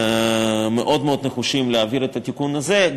מאוד מאוד נחושים להעביר את התיקון הזה,